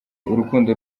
urukundo